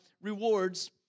rewards